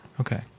Okay